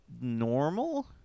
normal